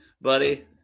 buddy